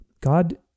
God